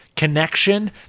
connection